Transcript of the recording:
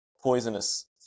poisonous